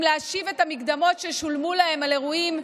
להשיב את המקדמות ששולמו להם על אירועים,